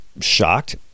shocked